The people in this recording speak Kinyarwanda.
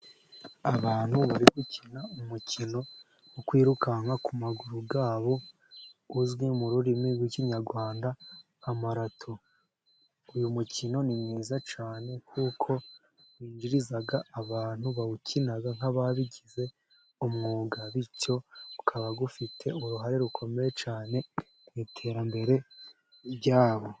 Abantu bari gukina umukino wo kwirukanka ku maguru yabo uzwi mu rurimi rw'Ikinyarwanda nka marato. Uyu mukino ni mwiza cyane kuko winjiriza abantu bawukina nk'ababigize umwuga. Bityo ukaba ufite uruhare rukomeye cyane mu iterambere ryabo.